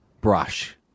brush